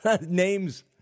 names